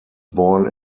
born